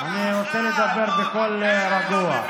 אני רוצה לדבר בקול רגוע.